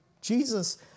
Jesus